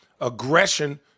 aggression